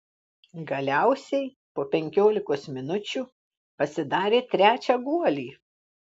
galiausiai po penkiolikos minučių pasidarė trečią guolį